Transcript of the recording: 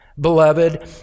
beloved